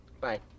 Bye